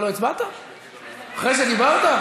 אנחנו שמחים בהצטרפותם.